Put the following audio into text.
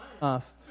off